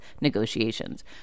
negotiations